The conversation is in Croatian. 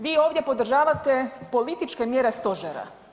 Vi ovdje podržavate političke mjere stožera.